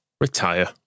Retire